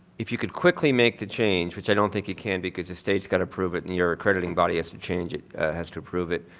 if you could quickly make the change, which i don't think you can because the stage's got to approve it and your accrediting body has to change it has to approve it.